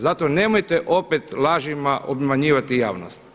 Zato nemojte opet lažima obmanjivati javnost.